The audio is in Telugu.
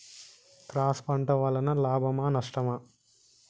క్రాస్ పంట వలన లాభమా నష్టమా?